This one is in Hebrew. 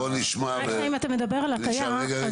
אם אתה מדבר על הטעיה,